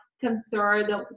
concerned